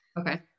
Okay